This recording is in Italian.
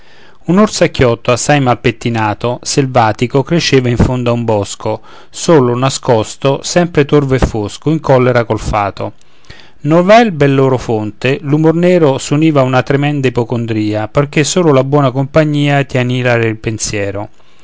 giardiniere un orsacchiotto assai mal pettinato selvatico cresceva in fondo a un bosco solo nascosto sempre torvo e fosco in collera col fato novel bellerofonte l'umor nero s'univa a una tremenda ipocondria perché solo la buona compagnia tien ilare il pensiero